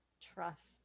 Trust